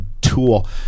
tool